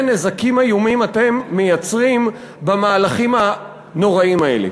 נזקים איומים אתם מייצרים במהלכים הנוראיים האלה.